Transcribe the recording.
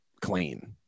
clean